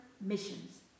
missions